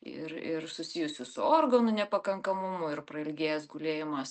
ir ir susijusių su organų nepakankamumu ir prailgėjęs gulėjimas